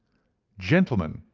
gentlemen,